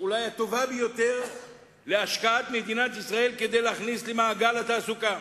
אולי הטובה ביותר להשקעת מדינת ישראל כדי להכניס למעגל התעסוקה,